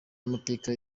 y’amateka